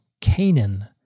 Canaan